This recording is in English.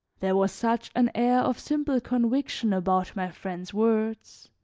there was such an air of simple conviction about my friend's words,